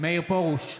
מאיר פרוש,